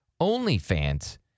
OnlyFans